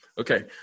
Okay